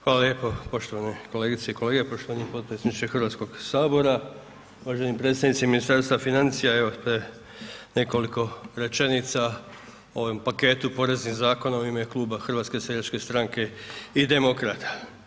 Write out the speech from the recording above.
Hvala lijepo, poštovane kolegice i kolege, poštovani potpredsjedniče HS, uvaženi predstavnici Ministarstva financija, evo nekoliko rečenica o ovom paketu poreznih zakona u ime Kluba HSS-a i Demokrata.